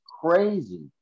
crazy